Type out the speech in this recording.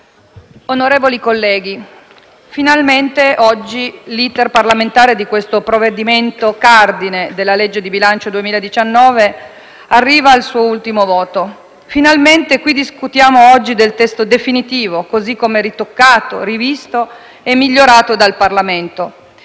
onorevoli colleghi, finalmente oggi l'*iter* parlamentare di questo provvedimento cardine della manovra di bilancio per il 2019 arriva al suo ultimo voto. Finalmente oggi discutiamo del testo definitivo, così come ritoccato, rivisto e migliorato dal Parlamento.